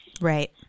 Right